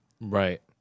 Right